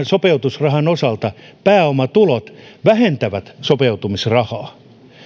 sopeutumisrahan osalta pääomatulot vähentävät sopeutumisrahaa